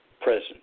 presence